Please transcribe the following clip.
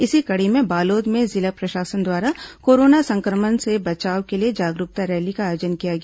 इसी कड़ी में बालोद में जिला प्रशासन द्वारा कोरोना संक्रमण से बचाव के लिए जागरूकता रैली का आयोजन किया गया